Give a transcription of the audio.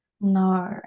No